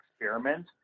experiment